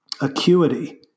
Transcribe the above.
acuity